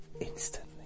instantly